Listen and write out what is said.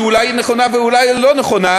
שאולי היא נכונה ואולי היא לא נכונה,